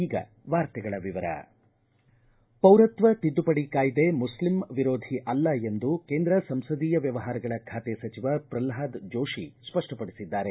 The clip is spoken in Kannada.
ಈಗ ವಾರ್ತೆಗಳ ವಿವರ ಪೌರತ್ವ ತಿದ್ದುಪಡಿ ಕಾಯ್ದೆ ಮುಸ್ಲಿಂ ವಿರೋಧಿ ಅಲ್ಲ ಎಂದು ಕೇಂದ್ರ ಸಂಸದೀಯ ವ್ಣವಹಾರಗಳ ಖಾತೆ ಸಚಿವ ಪ್ರಲ್ನಾದ ಜೋಶಿ ಸ್ಪಷ್ಟಪಡಿಸಿದ್ದಾರೆ